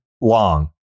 long